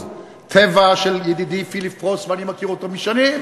"טבע" של ידידי פיליפ פרוסט, ואני מכיר אותו שנים,